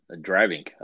driving